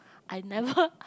I never